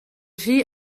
rhy